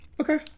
Okay